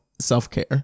self-care